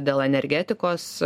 dėl energetikos